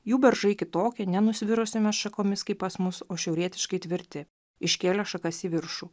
jų beržai kitokie nenusvirusiomis šakomis kaip pas mus o šiaurietiškai tvirti iškėlę šakas į viršų